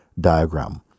diagram